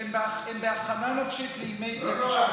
מה, הם לא יהודים בכלל.